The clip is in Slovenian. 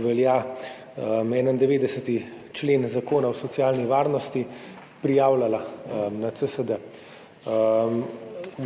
velja 91. člen Zakona o socialnem varstvu, prijavljala na CSD.